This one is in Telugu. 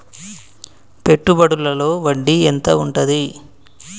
పెట్టుబడుల లో వడ్డీ ఎంత ఉంటది?